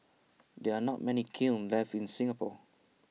there are not many kilns left in Singapore